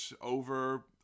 over